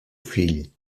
fill